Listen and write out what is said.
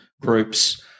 groups